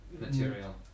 material